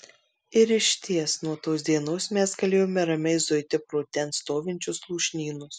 ir išties nuo tos dienos mes galėjome ramiai zuiti pro ten stovinčius lūšnynus